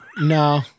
No